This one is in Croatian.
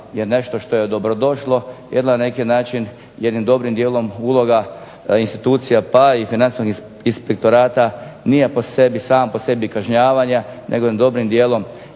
je nešto što je dobrodošlo. Jer na neki način jednim dobrim dijelom uloga institucija pa i Financijskog inspektorata nije sama po sebi kažnjavanje nego dobrim dijelom